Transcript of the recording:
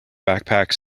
backpack